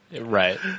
Right